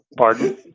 Pardon